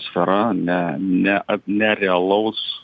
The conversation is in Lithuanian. sfera ne ne ne realaus